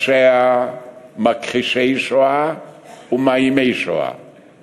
רגלינו בשעריך ירושלם.